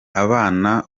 abana